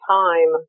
time